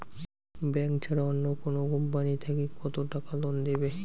Bank ছাড়া অন্য কোনো কোম্পানি থাকি কত টাকা লোন দিবে?